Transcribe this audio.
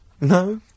No